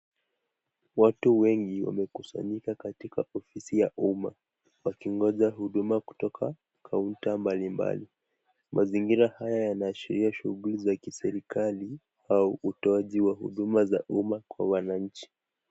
Watu wengi wamekusanyika katika ofisi ya umma wakingoja huduma kutoka kaunta mbalimbali. Mazingira haya yanaashiria shughuli za kiserikali au utoaji wa huduma za umma kwa wananchi.